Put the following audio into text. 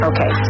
Okay